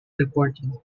reporting